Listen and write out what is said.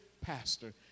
pastor